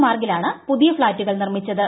മാർഗിലാണ് പുതിയ ഫ്ളാറ്റുകൾ നിർമിച്ചത്